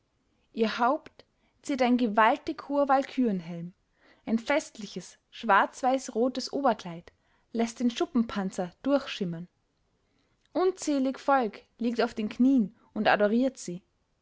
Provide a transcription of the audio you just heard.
ihr haupt ziert ein gewaltig hoher walkürenhelm ein festliches schwarz-weiß-rotes oberkleid läßt den schuppenpanzer durchschimmern unzählig volk liegt auf den knien und adoriert sie